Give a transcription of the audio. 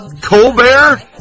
Colbert